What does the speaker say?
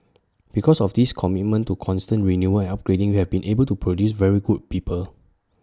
because of this commitment to constant renewal and upgrading we have been able to produce very good people